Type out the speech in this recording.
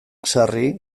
sarri